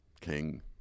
king